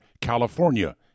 California